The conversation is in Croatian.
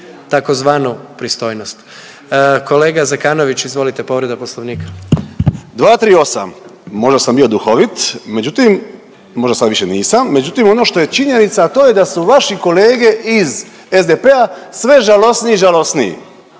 tzv. pristojnost. Kolega Zekanović, izvolite povreda Poslovnika. **Zekanović, Hrvoje (HDS)** 238. Možda sam bio duhovit međutim, možda sad više nisam međutim ono što je činjenica a to je da su vaši kolege iz SDP-a sve žalosniji i žalosniji